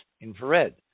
infrared